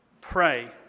Pray